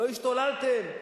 לא השתוללתם.